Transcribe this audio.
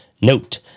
note